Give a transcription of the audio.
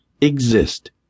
exist